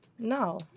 No